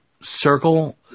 circle